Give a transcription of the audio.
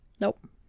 Nope